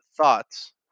thoughts